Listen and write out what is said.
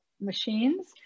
machines